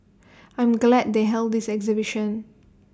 I'm glad they held this exhibition